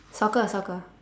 soccer soccer